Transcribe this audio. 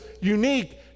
unique